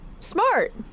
Smart